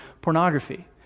pornography